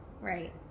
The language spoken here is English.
right